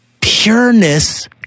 pureness